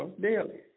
daily